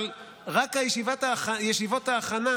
אבל רק ישיבות ההכנה,